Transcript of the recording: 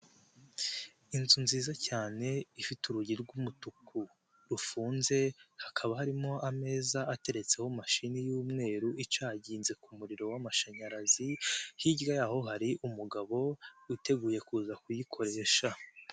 Inzu nziza cyane ifite urugi rw'umutuku rufunze, hakaba harimo ameza ateretseho mashini y'umweru icagize ku muririro w'amashanyarazi, hirya yaho hari umugabo witeguye kuza kuyikoresha.